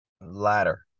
Ladder